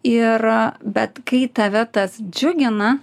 ir bet kai tave tas džiugina